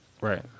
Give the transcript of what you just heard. Right